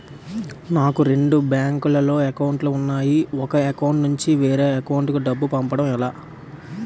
నాకు రెండు బ్యాంక్ లో లో అకౌంట్ లు ఉన్నాయి ఒక అకౌంట్ నుంచి వేరే అకౌంట్ కు డబ్బు పంపడం ఎలా?